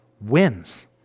wins